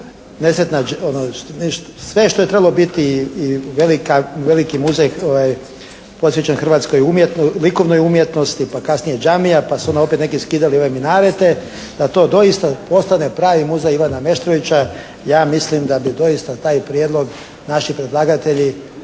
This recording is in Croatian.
sve što je trebalo biti i veliki muzej posvećen hrvatskoj likovnoj umjetnosti pa kasnije đamija pa su onda opet neki skidali ove minarete da to doista postane pravi muzej Ivana Meštrovića. Ja mislim da bi doista taj prijedlog naši predlagatelji